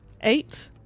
eight